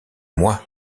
moi